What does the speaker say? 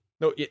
No